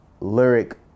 lyric